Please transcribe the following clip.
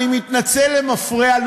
אני מתנצל למפרע,